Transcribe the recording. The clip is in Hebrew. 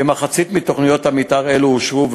כמחצית מתוכניות מתאר אלה אושרו,